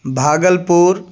Bhagalpur